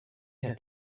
had